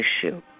issue